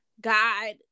God